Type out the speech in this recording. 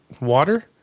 water